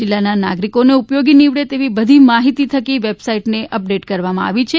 જિલ્લાના નાગરિકોને ઉપયોગી નીવડે તેવી બધી માહિતી થકી વેબસાઈટને અપડેટ કરવામાં આવી છે